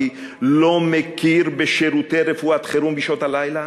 לא מכיר בשירותי רפואת חירום בשעות הלילה?